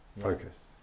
Focused